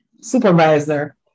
supervisor